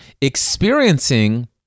experiencing